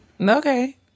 okay